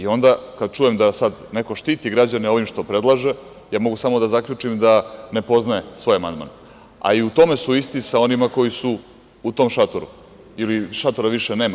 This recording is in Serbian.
Onda kada čujem da sada neko štiti građane ovim što predlaže, ja mogu samo da zaključim da ne poznaje svoj amandman, a i u tome su isti sa onima koji su u tom šatoru ili šatora više nema.